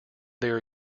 their